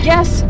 Yes